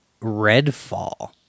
Redfall